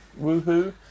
woohoo